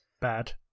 bad